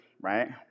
right